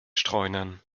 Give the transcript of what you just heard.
streunern